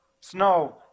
Snow